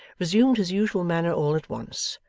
resumed his usual manner all at once,